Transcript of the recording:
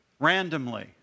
randomly